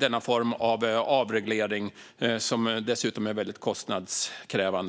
denna form av avreglering, som dessutom är väldigt kostnadskrävande?